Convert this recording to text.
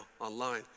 online